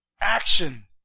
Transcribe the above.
action